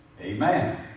Amen